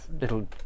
little